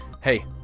hey